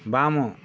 ବାମ